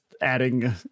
adding